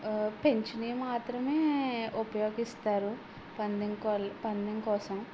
పెంచినవి మాత్రమే ఉపయోగిస్తారు పందెం కోళ్ళు పందెం కోసం